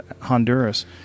Honduras